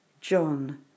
John